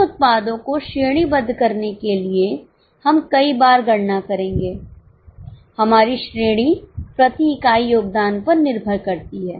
तीन उत्पादों को श्रेणीबद्ध करने के लिए के हमकई बार गणना करेंगे हमारी श्रेणी प्रति इकाई योगदान पर निर्भर करती है